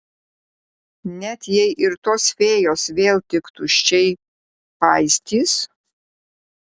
net jei ir tos fėjos vėl tik tuščiai paistys